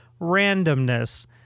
randomness